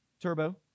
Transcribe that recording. Turbo